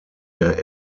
der